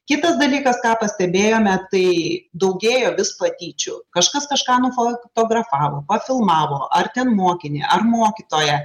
kitas dalykas ką pastebėjome tai daugėjo vis patyčių kažkas kažką nufotografavo pafilmavo ar ten mokinį ar mokytoją